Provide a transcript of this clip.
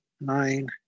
nine